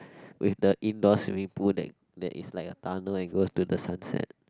with the indoor swimming pool that that is like a tunnel and goes to the sunset